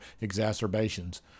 exacerbations